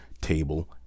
table